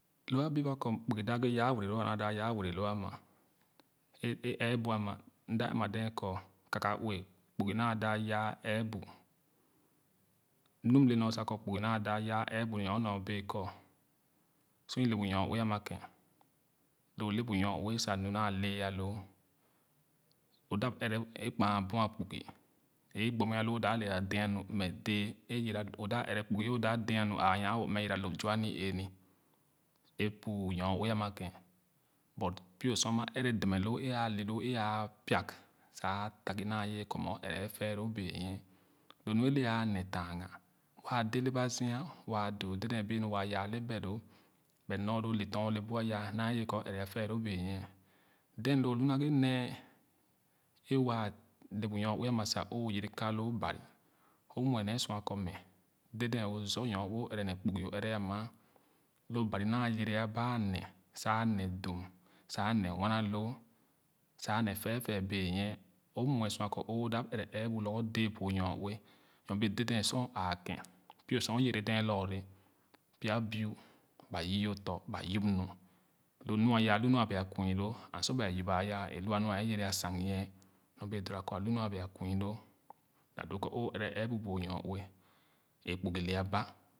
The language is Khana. Lo a bip a kɔ kpugo dap ghe yaa wɛrɛ loo anaa daa yaa were loo omma e ɛɛbu amna mda ɛn ma dee kɔ kaka ue kpugi naa daa yaa ɛɛbu nu mle nor sa kɔ sor ile bu nyoue amia ken loo le bu nyoue sa nu naa le a loo o dap ɛrɛ kpaa a bua kpugi naa daa yaa ɛɛbu nɔa nyo bee kɔ sor ile bu nyoue amia ken loo le bu nyoue sa nu naa le a loo a dap ɛrɛ kpaa a bua kpugi e gbonnɛ wo o daa le ãã dɛa nu mmɛ dɛɛ e yere o daa ɛrɛ kpugi e o daa dɛa nu ãã nyan wo mmɛ yaa lõp zua ani-ee ni e bu nyoue ama ken but pio sor ama ɛrɛ demɛloo e ãã le loo ãã ping sa ãã tago naa ye kɔ o ɛrɛ afɛɛloo banyie lo mu ele ãã nee tanga waa de leba zia waa doo dede bee nu wata yaa le beloo but nor lo le tɔn o le bu ana a naa ye kɔ ɛrɛ afɛɛlo benyie then loo olu naghe nee e waa le bu nyo ue ama sa on yere ka loo bani o muɛ nee sua kɔ mɛ deden o zen nyo ue ɛrɛ ne kpugi o ɛrɛbama lo ban naa yere ne sa nee dim sa nee nnana loo sa nee fɛɛfɛɛ benyie o muɛ sua kɔ o dep ɛrɛ sabu lorgor dee bu o nyo ue nyobee deden sor o ããken pio sor o yere dɛɛ lɔɔra pya biu ba yii o tɔ ba yip nu lo nɔa nu a baɛ kui loo and sor ba a yip ba aye lo nɔa ɛɛ yere aue sang nyie ngo bee e dora kɔ o ɛrɛ ɛɛbu bu o nyoue e kpugi lee ba ̣